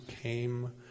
came